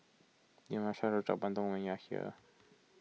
you must try Rojak Bandung when you are here